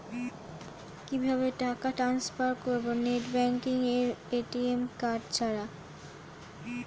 কিভাবে টাকা টান্সফার করব নেট ব্যাংকিং এবং এ.টি.এম কার্ড ছাড়া?